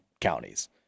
counties